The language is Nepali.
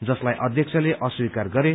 जसलाई अध्यक्षले अस्वीकार गरे